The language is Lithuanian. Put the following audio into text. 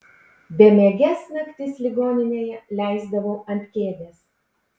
bemieges naktis ligoninėje leisdavau ant kėdės